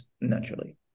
naturally